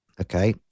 okay